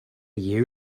you